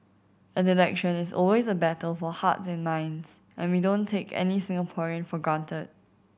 an election is always a battle for hearts and minds and we don't take any Singaporean for granted